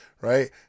right